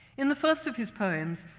in the first of his poems,